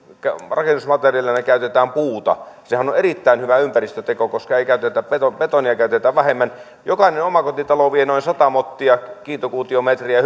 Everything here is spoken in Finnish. rakennusmateriaalina puuta ja sehän on on erittäin hyvä ympäristöteko koska betonia käytetään vähemmän jokainen omakotitalo vie noin sata mottia tai kiintokuutiometriä